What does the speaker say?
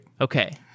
Okay